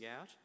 out